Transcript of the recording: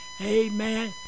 amen